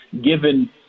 given